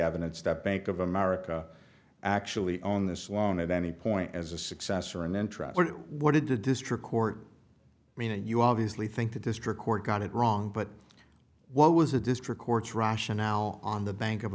evidence that bank of america actually own this loan at any point as a successor and then try what did the district court mean and you obviously think the district court got it wrong but what was the district court's rationale on the bank of